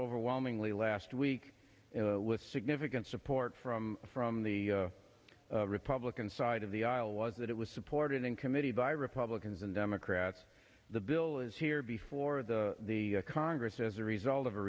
overwhelmingly last week and with significant support from from the republican side of the aisle was that it was supported in committee by republicans and democrats the bill is here before the the congress as a result of a